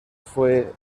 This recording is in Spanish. fue